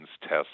tests